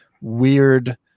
weird